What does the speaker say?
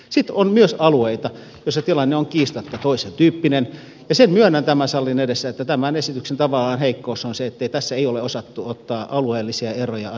sitten on myös alueita joissa tilanne on kiistatta toisentyyppinen ja sen myönnän tämän salin edessä että tämän esityksen tavallaan heikkous on se että tässä ei ole osattu ottaa alueellisia eroja asianmukaisesti huomioon